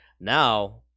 Now